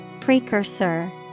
Precursor